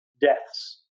deaths